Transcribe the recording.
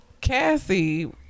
Cassie